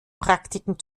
praktiken